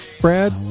Brad